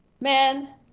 man